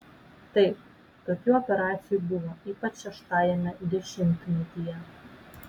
taip tokių operacijų buvo ypač šeštajame dešimtmetyje